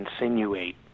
insinuate